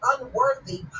unworthy